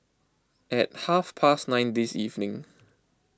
at half past nine this evening